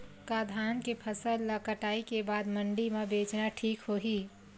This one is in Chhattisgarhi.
का धान के फसल ल कटाई के बाद मंडी म बेचना ठीक होही?